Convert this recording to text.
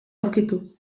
aurkitu